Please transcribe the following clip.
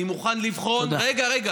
תודה.